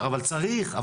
למרות שצריך.